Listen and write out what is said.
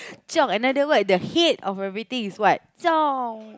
chiong another word the head of everything is what chiong